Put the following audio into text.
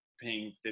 paying